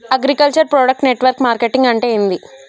Agriculture product network marketing అంటే ఏంది?